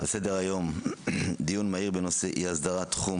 על סדר-היום: דיון מהיר בנושא: "אי הסדרת תחום